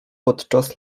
podczas